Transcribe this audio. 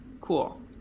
Cool